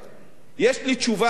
יש לי תשובה אחת קצרה: